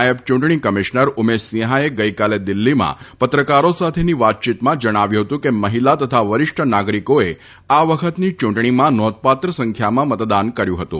નાયબ ચૂંટણી કમિશનર ઉમેશ સિંફાએ ગઈકાલે દિલ્ફીમાં પત્રકારો સાથેની વાતચીતમાં જણાવ્યું ફતું કે મહિલા તથા વરિષ્ઠ નાગરીકોએ આ વખતની ચૂંટણીમાં નોંધપાત્ર સંખ્યામાં મતદાન કર્યું ફતું